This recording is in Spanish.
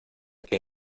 que